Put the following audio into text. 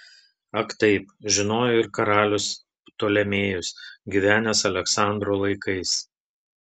ak taip žinojo ir karalius ptolemėjus gyvenęs aleksandro laikais